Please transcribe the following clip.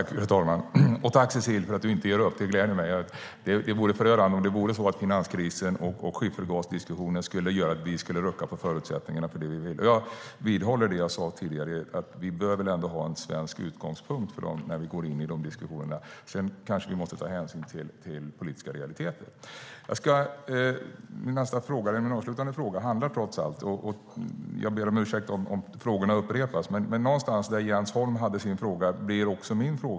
Fru talman! Jag tackar Cecilie för att hon inte ger upp. Det gläder mig. Det vore förödande om finanskrisen och skiffergasdiskussionen skulle göra att vi ruckade på vår viljeinriktning. Jag vidhåller att vi bör ha en svensk utgångspunkt när vi går in i de diskussionerna. Sedan kanske vi även måste ta hänsyn till politiska realiteter. Jag ber om ursäkt om frågorna upprepas; min avslutande fråga kommer att handla om ungefär detsamma som en fråga från Jens Holm.